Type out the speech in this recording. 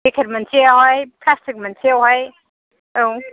packet मोनसेआवहाय plastic मोनसेआवहाय औ